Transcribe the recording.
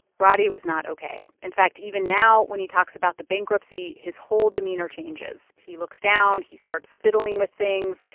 roddey was not ok. in fact, even now when he talks about the bankruptcy, his whole demeanor changes. he looks down. he starts fiddling with things.